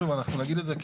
שוב אנחנו נגיד את זה,